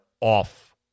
off